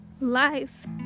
lies